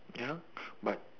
ya but